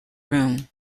room